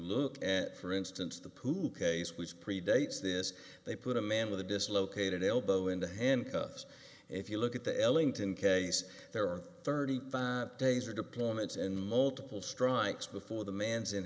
look at for instance the pool case which predates this they put a man with a dislocated elbow into handcuffs if you look at the ellington case there are thirty five days or deployments and multiple strikes before the man's in